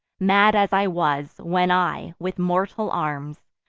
mad as i was, when i, with mortal arms,